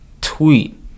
tweet